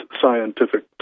scientific